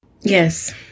Yes